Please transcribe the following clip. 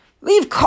Leave